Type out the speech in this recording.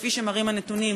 כפי שמראים הנתונים,